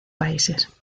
países